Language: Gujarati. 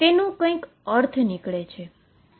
તેનો કંઈક અર્થ નીકળે છે